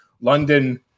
London